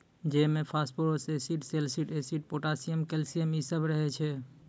जौ मे phosphorus acid, सैलसिड एसिड, पोटाशियम, कैल्शियम इ सभ रहै छै